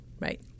Right